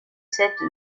cette